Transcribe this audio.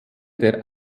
der